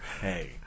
Hey